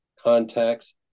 contacts